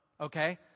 Okay